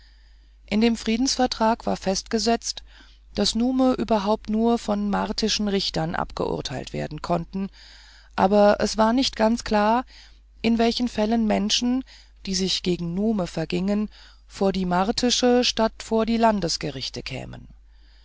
in dem friedensvertrag war festgesetzt daß nume überhaupt nur von martischen richtern abgeurteilt werden konnten aber es war nicht ganz klar in welchen fällen menschen die sich gegen nume vergingen vor die martischen statt vor die landesgerichte kämen